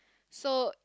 so